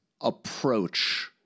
approach